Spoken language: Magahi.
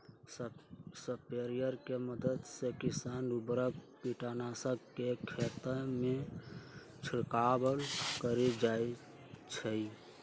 स्प्रेयर के मदद से किसान उर्वरक, कीटनाशक के खेतमें छिड़काव करई छई